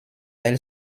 elle